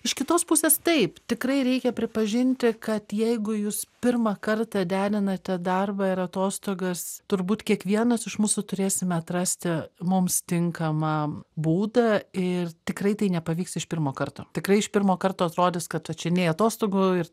iš kitos pusės taip tikrai reikia pripažinti kad jeigu jūs pirmą kartą derinate darbą ir atostogas turbūt kiekvienas iš mūsų turėsime atrasti mums tinkamam būdą ir tikrai tai nepavyks iš pirmo karto tikrai iš pirmo karto atrodys kad va čia nei atostogų ir